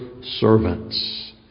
servants